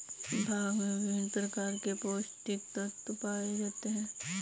भांग में विभिन्न प्रकार के पौस्टिक तत्त्व पाए जाते हैं